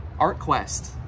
ArtQuest